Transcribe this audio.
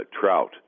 trout